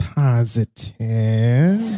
positive